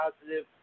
positive